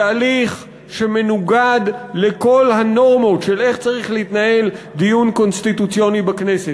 בהליך שמנוגד לכל הנורמות של איך צריך להתנהל דיון קונסטיטוציוני בכנסת.